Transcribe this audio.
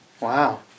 Wow